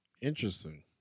Interesting